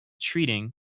treating